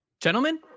Gentlemen